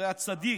הרי הצדיק,